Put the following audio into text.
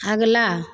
अगला